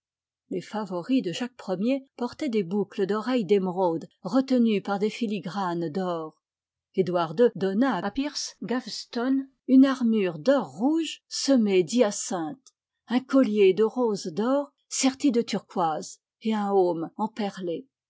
les favoris de jacques i er portaient des boucles d'oreilles d'émeraudes retenues par des filigranes d'or edouard ii donna à piers gaveston une armure d'or rouge semée d'hyacinthes un collier de roses d'or serti de turquoises et un heaume emperlé